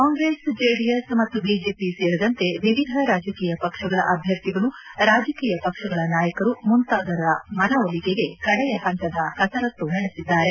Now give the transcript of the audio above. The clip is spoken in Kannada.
ಕಾಂಗ್ರೆಸ್ ಜೆಡಿಎಸ್ ಮತ್ತು ಬಿಜೆಪಿ ಸೇರಿದಂತೆ ವಿವಿಧ ರಾಜಕೀಯ ಪಕ್ಷಗಳ ಅಭ್ಯರ್ಥಿಗಳು ರಾಜಕೀಯ ಪಕ್ಷಗಳ ನಾಯಕರು ಮತದಾರರ ಮನವೊಲಿಕೆಗೆ ಕಡೆಯ ಹಂತದ ಕಸರತ್ತು ನಡೆಸಿದ್ದಾರೆ